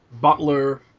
Butler